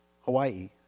Hawaii